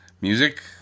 music